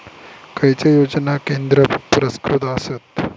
खैचे योजना केंद्र पुरस्कृत आसत?